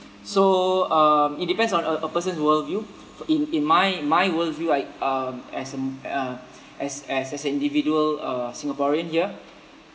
so um it depends on a a person's world view in in my my world view I um as an uh as as as an individual uh singaporean here